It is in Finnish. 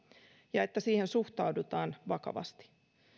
ja että siihen suhtaudutaan vakavasti